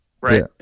Right